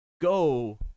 go